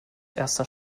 erster